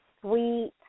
sweet